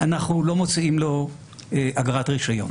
אנחנו לא מוציאים לו אגרת רישיון.